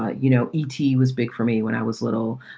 ah you know, e t. was big for me when i was little.